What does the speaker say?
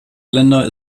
länder